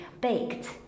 baked